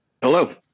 Hello